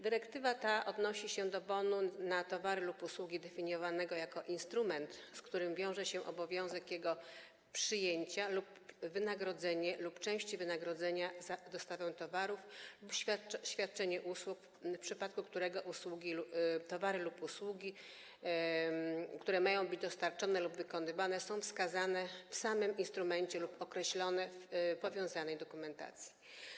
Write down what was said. Dyrektywa ta odnosi się do bonu na towary lub usługi definiowanego jako instrument, z którym wiąże się obowiązek jego przyjęcia jako wynagrodzenie lub części wynagrodzenia za dostawę towarów lub świadczenie usług i w przypadku którego towary lub usługi, które mają być dostarczone lub wykonane, są wskazane w samym instrumencie lub określone w powiązanej dokumentacji.